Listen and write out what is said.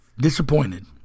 Disappointed